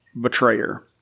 betrayer